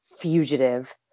fugitive